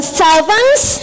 servants